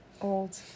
old